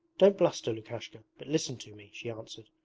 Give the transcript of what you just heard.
don't bluster, lukashka, but listen to me she answered,